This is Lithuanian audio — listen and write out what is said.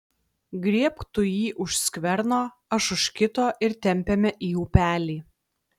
griebk tu jį už skverno aš už kito ir tempiame į upelį